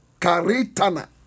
Karitana